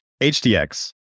HDX